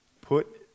Put